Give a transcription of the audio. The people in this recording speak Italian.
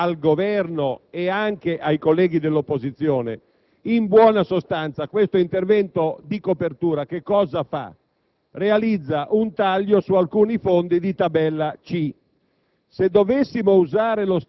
quindi è del tutto naturale che l'opposizione metta in evidenza che la copertura che è stata adottata per realizzare questo intervento di riduzione drastica del *ticket* istituito